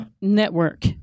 network